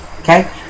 Okay